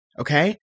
okay